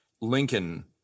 Lincoln